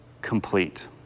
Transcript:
complete